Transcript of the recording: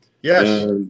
Yes